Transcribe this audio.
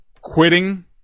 quitting